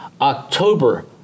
October